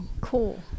Cool